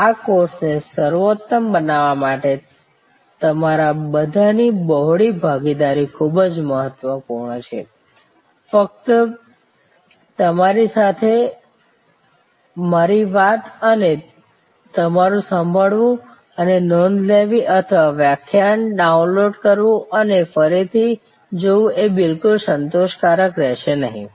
આ કોર્સને સર્વોત્તમ બનાવવા માટે તમારા બધાની બહોળી ભાગીદારી ખૂબ જ મહત્વપૂર્ણ છે ફક્ત તમારી સાથે મારી વાત અને તમારું સાંભળવું અને નોંધ લેવી અથવા વ્યાખ્યાન ડાઉનલોડ કરવું અને ફરીથી જોવું એ બિલકુલ સંતોષકારક રહેશે નહીં